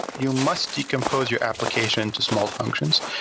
you must decompose your application to small functions.